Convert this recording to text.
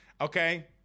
okay